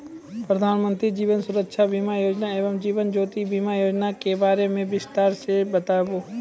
प्रधान मंत्री जीवन सुरक्षा बीमा योजना एवं जीवन ज्योति बीमा योजना के बारे मे बिसतार से बताबू?